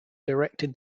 directed